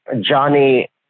Johnny